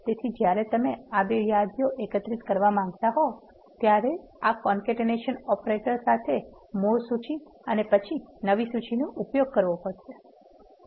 તેથી જ્યારે તમે આ બે યાદીઓ એકીકૃત કરવા માંગતા હો ત્યારે તમારે આ કોન્કેટેનેશન ઓપરેટર સાથે મૂળ સૂચિ અને પછી નવી સૂચિનો ઉપયોગ કરવો પડશે